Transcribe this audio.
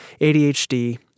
ADHD